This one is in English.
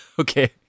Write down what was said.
Okay